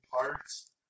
parts